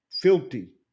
Filthy